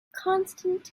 constant